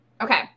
Okay